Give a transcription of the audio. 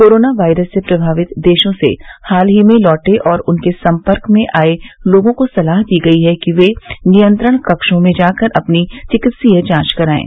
corona virus से प्रभावित देशों से हाल ही में लौटे और उनके सम्पर्क में आए लोगों को सलाह दी गयी है कि ये नियंत्रण कक्षों में जाकर अपनी चिकित्सकीय जांच करायें